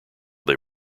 they